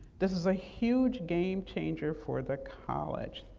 this is a huge game changer for the college.